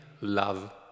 love